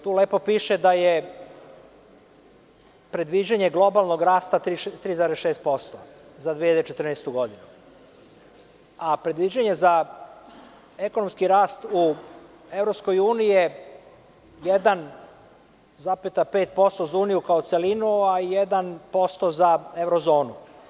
Tu lepo piše da je predviđanje globalnog rasta 3,6% za 2014. godinu, a predviđanja za ekonomski rast u EU je 1,5% za uniju kao celinu, a 1% za evro zonu.